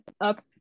up